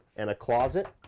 and a closet